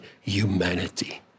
humanity